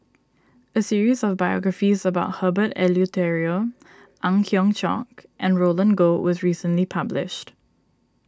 a series of biographies about Herbert Eleuterio Ang Hiong Chiok and Roland Goh was recently published